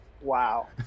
Wow